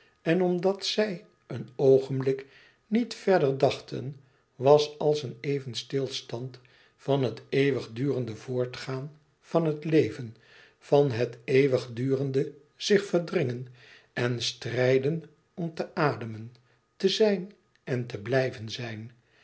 en omdat zij een oogenblik niet verder dachten was als een even stilstand van het eeuwigdurende voortgaan van het leven van het eeuwigdurende zich verdringen en strijden om te ademen te zijn en te blijven zijn